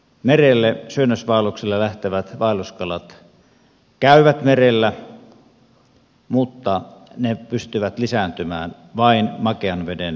merelle syönnösvaellukselle lähtevät vaelluskalat käyvät merellä mutta ne pystyvät lisääntymään vain makean veden joissa